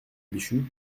bichu